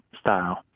style